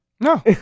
No